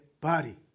body